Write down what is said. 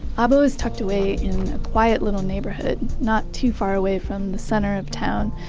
abo always tucked away in a quiet little neighborhood, not too far away from the center of town.